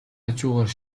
хажуугаар